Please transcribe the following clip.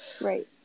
Right